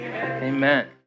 Amen